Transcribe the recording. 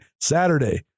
Saturday